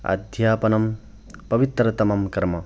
अध्यापनं पवित्रतमं कर्म